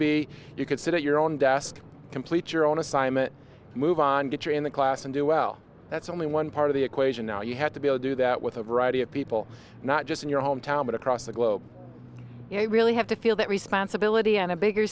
be you could sit at your own desk complete your own assignment move on get your in the class and do well that's only one part of the equation now you have to be able do that with a variety of people not just in your home town but across the globe you really have to feel that responsibility on a bigger